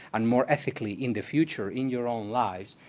and more ethically in the future, in your own lives.